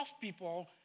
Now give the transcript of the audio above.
people